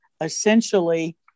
essentially